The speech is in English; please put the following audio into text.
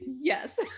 Yes